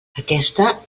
aquesta